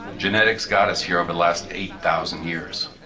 genetics got us here over the last eight thousand years.